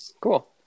cool